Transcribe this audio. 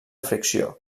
fricció